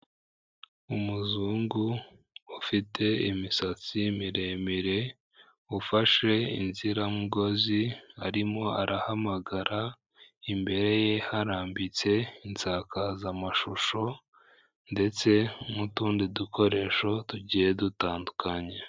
Umuzungu ufite imisatsi miremire, ufashe inziramugozi arimo arahamagara, imbere ye harambitse insakazamashusho, ndetse n'utundi dukoresho tugiye dutandukanye.